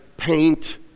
Paint